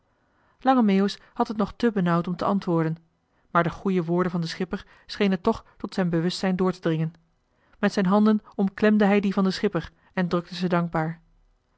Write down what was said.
lange meeuwis had het nog te benauwd om te antwoorden maar de goeie woorden van den schipper schenen toch tot zijn bewustzijn door te dringen met zijn handen omklemde hij die van den schipper en drukte ze dankbaar